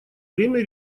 время